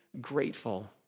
grateful